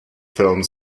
film